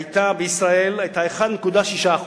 היתה 1.6%